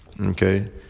Okay